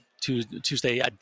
Tuesday